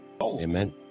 Amen